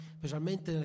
specialmente